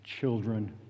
children